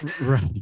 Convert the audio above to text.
Right